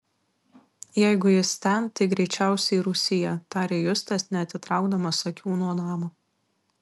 jeigu jis ten tai greičiausiai rūsyje tarė justas neatitraukdamas akių nuo namo